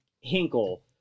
Hinkle